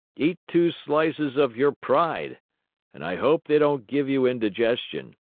eat two slices of your pride and i hope they don't give you indigestion.